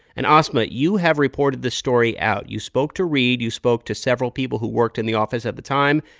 and, asma, you have reported the story out. you spoke to reade. you spoke to several people who worked in the office at the time,